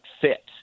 fit